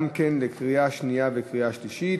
גם כן לקריאה שנייה ולקריאה שלישית.